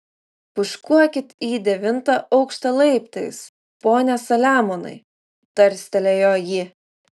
pūškuokit į devintą aukštą laiptais pone saliamonai tarstelėjo ji